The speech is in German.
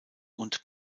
und